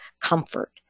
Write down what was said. comfort